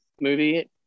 movie